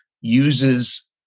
uses